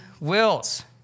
Wills